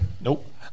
Nope